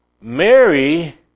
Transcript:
Mary